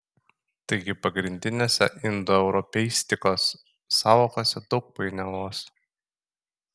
taigi pagrindinėse indoeuropeistikos sąvokose daug painiavos